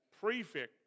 prefect